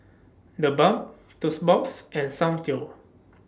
TheBalm Toast Box and Soundteoh